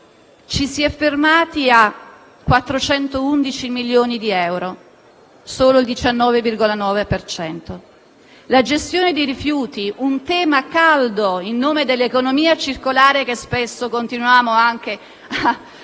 ci si è fermati a 411 milioni di euro: solo il 19,9 per cento. Per la gestione dei rifiuti, un tema caldo in nome dell'economia circolare che spesso continuiamo anche a